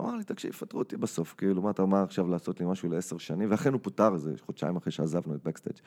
הוא אמר לי, תקשיב, יפטרו אותי בסוף. כאילו, מה אתה אומר עכשיו לעשות לי משהו ל-10 שנים? ואכן הוא פוטר איזה חודשיים אחרי שעזבנו את בקסטייג'.